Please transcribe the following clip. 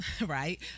Right